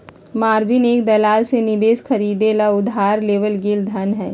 margin एक दलाल से निवेश खरीदे ला उधार लेवल गैल धन हई